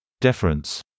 deference